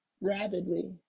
rapidly